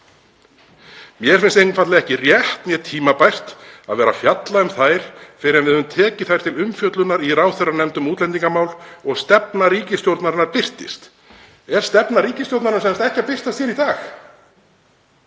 Mér finnst einfaldlega ekki rétt né tímabært að vera að fjalla um þær fyrr en við höfum tekið þær til umfjöllunar í ráðherranefnd um útlendingamál og stefna ríkisstjórnarinnar birtist.“ Mun stefna ríkisstjórnarinnar sem sagt ekki birtast hér í dag?